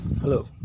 Hello